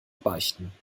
beichten